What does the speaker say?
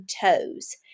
toes